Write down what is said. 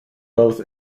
both